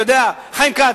אתה יודע, חיים כץ,